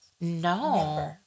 No